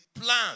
plan